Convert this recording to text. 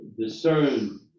discern